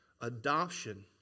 adoption